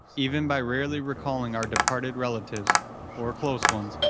even by rarely recalling our departed relatives or close ones, and